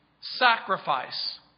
Sacrifice